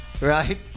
Right